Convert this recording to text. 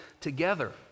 together